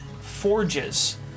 forges